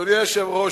אדוני היושב-ראש,